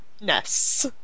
Ness